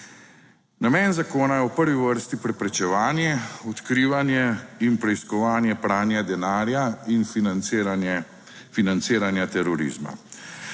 Namen zakona je v prvi vrsti preprečevanje, odkrivanje in preiskovanje pranja denarja in financiranje terorizma.